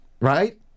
right